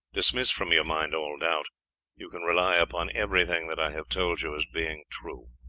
dismiss from your mind all doubt you can rely upon everything that i have told you as being true.